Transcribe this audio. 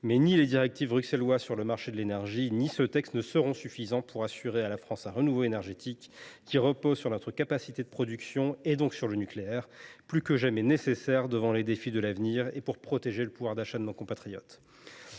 mais ni les directives bruxelloises sur le marché de l’énergie ni cette proposition de loi ne suffiront à assurer à la France un renouveau énergétique. Un tel effort repose sur notre capacité de production, donc sur le nucléaire, plus que jamais nécessaire pour relever les défis de l’avenir et protéger le pouvoir d’achat de nos compatriotes.